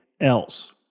else